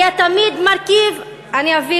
היה תמיד מרכיב, איפה אמר את זה?